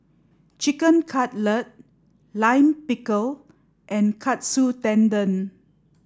Chicken Cutlet Lime Pickle and Katsu Tendon